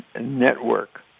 network